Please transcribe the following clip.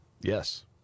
Yes